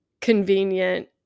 convenient